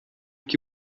que